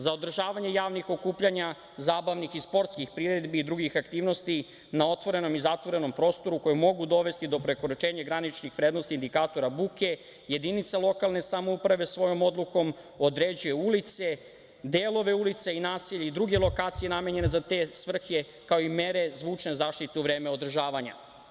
Za održavanje javnih okupljanja, zabavnih i sportskih priredbi i drugih aktivnosti na otvorenom i zatvorenom prostoru, koje mogu dovesti do prekoračenja graničnih vrednosti indikatora buke, jedinica lokalne samouprave svojom odlukom određuje ulice, delove ulice i naselje i druge lokacije namenjene za te svrhe, kao i mere zvučne zaštite u vreme održavanja.